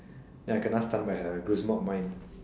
then I kena stun by her mine